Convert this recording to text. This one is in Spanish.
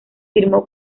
firmó